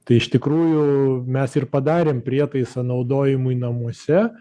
tai iš tikrųjų mes ir padarėm prietaisą naudojimui namuose